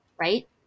right